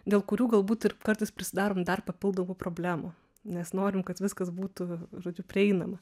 dėl kurių galbūt ir kartais prisidarom dar papildomų problemų nes norim kad viskas būtų žodžiu prieinama